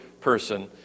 person